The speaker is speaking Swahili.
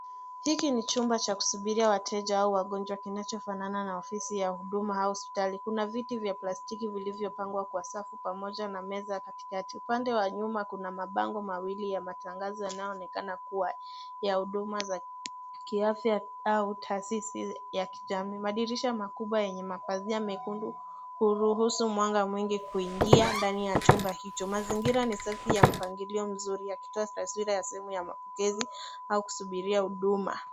Hiki ni chumba cha kusubiria wateja au wagonjwa, kinachofanana na ofisi ya huduma au hospitali. Kuna viti vya plastiki vilivyopangwa kwa safu, pamoja na meza katikati. Upande wa nyuma kuna mabango mawili ya matangazo, yanayoonekana kuwa ya huduma za kiafya au taasisi ya kijamii. Madirisha makubwa yenye mapazia mekundu, uruhusu mwanga mwingi kuingia ndani ya chumba hicho. Mazingira ni safi ya mpangilio mzuri, yakitoa taswira ya simu ya mapokezi au kusubiria huduma.